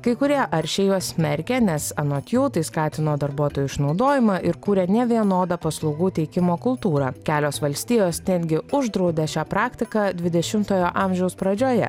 kai kurie aršiai juos smerkia nes anot jų tai skatino darbuotojų išnaudojimą ir kūrė nevienodą paslaugų teikimo kultūrą kelios valstijos tengi uždraudė šią praktiką dvidešimtojo amžiaus pradžioje